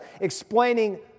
explaining